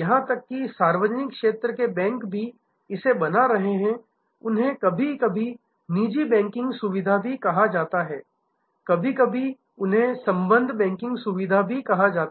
यहां तक कि सार्वजनिक क्षेत्र के बैंक भी इसे बना रहे हैं उन्हें कभी कभी निजी बैंकिंग सुविधा कहा जाता है कभी कभी उन्हें संबंध बैंकिंग सुविधा आदि कहा जाता है